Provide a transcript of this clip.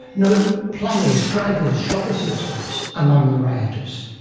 no plumbers, drivers, shop assistants among the rioters,